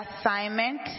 assignment